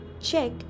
Check